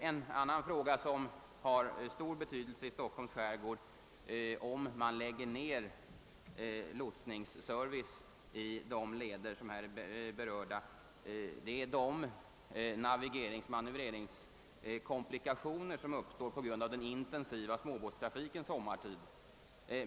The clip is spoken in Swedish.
En annan fråga av stor betydelse för Stockholms skärgård är att, om lotsningsservicen i de berörda lederna skul 1e läggas ned, skulle navigeringsoch manövreringskomplikationer komma att uppstå på grund av den intensiva småbåtstrafik som förekommer där sommartid.